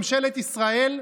ממשלת ישראל,